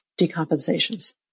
decompensations